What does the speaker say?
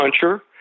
puncher